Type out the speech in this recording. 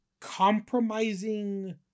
compromising